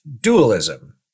dualism